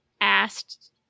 asked